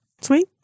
Sweet